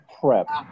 prep